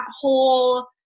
whole